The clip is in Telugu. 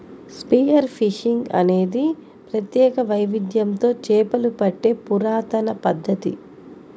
స్పియర్ ఫిషింగ్ అనేది ప్రత్యేక వైవిధ్యంతో చేపలు పట్టే పురాతన పద్ధతి